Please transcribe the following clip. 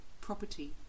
property